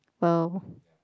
!wow!